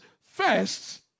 first